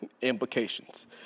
implications